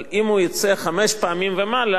אבל אם הוא יצא חמש פעמים ומעלה,